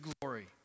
glory